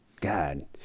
God